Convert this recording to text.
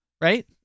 Right